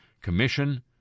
Commission